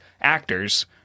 actors